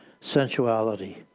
sensuality